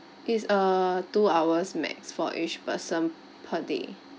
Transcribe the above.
it's err two hours max for each person per day